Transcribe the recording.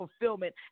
fulfillment